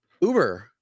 uber